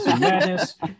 madness